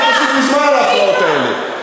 אתה תוסיף לי זמן על ההפרעות האלה.